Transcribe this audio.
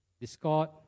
discord